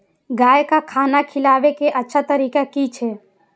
गाय का खाना खिलाबे के अच्छा तरीका की छे?